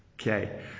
Okay